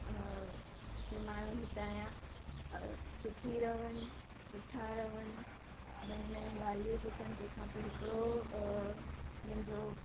अ के माण्हू हिता जा अ सुखी रहण सुठा रहण नयूं नयूं ॻाल्हियूं सिखण तंहिंखां पोइ हिकिड़ो अ मुंहिंजो